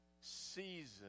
season